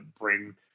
bring